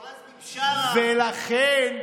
אלא אם כן זה היבה יזבק או עזמי בשארה,